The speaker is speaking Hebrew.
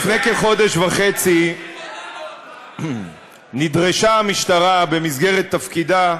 לפני כחודש וחצי נדרשה המשטרה, במסגרת תפקידה,